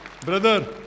Brother